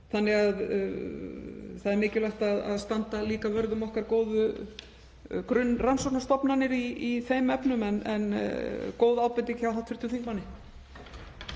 annað. Því er mikilvægt að standa líka vörð um okkar góðu grunnrannsóknastofnanir í þeim efnum, en góð ábending hjá hv. þingmanni.